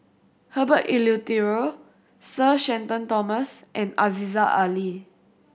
Herbert Eleuterio Sir Shenton Thomas and Aziza Ali